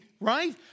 right